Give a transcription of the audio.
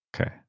Okay